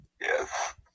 Yes